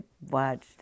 watched